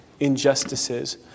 Injustices